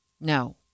No